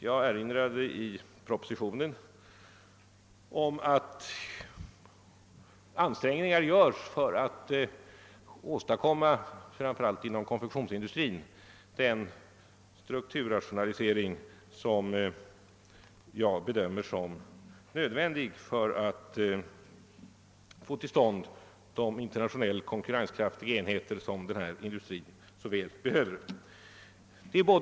Jag erinrade i propositionen om att ansträngningar görs för att framför allt inom konfektionsindustrin åstadkomma den strukturrationalisering som jag bedömer som nödvändig för att få till stånd de internationellt konkurrenskraftiga enheter som denna industri så väl behöver.